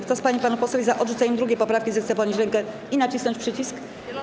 Kto z pań i panów posłów jest za odrzuceniem 2. poprawki, zechce podnieść rękę i nacisnąć przycisk.